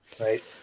right